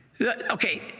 Okay